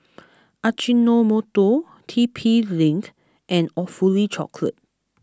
Ajinomoto T P Link and Awfully Chocolate